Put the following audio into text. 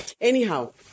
Anyhow